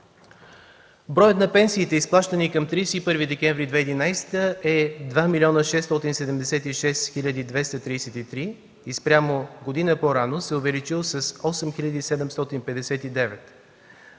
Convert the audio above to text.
Броят на пенсиите, изплащани към 31 декември 2011 г., е 2 млн. 676 хил. 233 и спрямо година по-рано се е увеличил с 8 759.